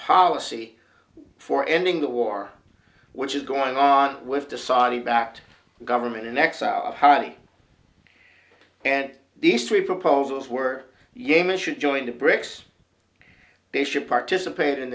policy for ending the war which is going on with the saudi backed government in exile heidi and these three proposals were yemen should join the brics they should participate in